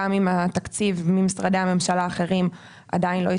גם אם התקציב ממשרדי הממשלה האחרים עדיין לא התקבל.